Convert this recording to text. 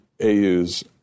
AU's